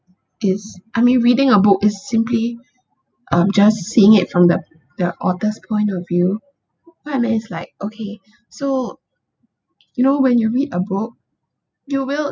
is I mean reading a book is simply um just seeing it from the the author's point of view what I mean is like okay so you know when you read a book you will